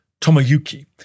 Tomoyuki